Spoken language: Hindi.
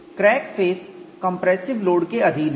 क्रैक फेस कंप्रेसिव लोड के अधीन है